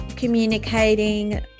communicating